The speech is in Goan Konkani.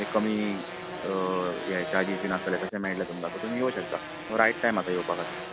एक कमी चार्जीस बी आसतले तशें तुमकां मेळटले शकता सो तुमी येवं शकता हो रायट टायम आतां येवपा खातीर